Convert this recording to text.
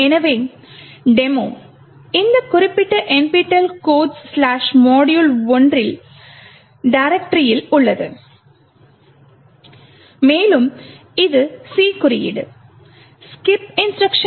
எனவே டெமோ இந்த குறிப்பிட்ட nptel codes module1 டைரக்டரியில் உள்ளது மேலும் இது C கோட் skipinstruction